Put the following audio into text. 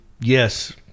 yes